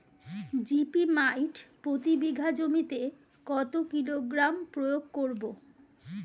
Zip মাইট প্রতি বিঘা জমিতে কত কিলোগ্রাম প্রয়োগ করব?